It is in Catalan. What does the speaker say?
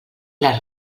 les